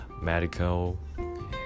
medical